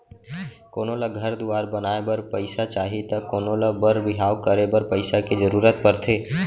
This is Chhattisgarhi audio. कोनो ल घर दुवार बनाए बर पइसा चाही त कोनों ल बर बिहाव करे बर पइसा के जरूरत परथे